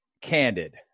candid